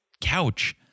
couch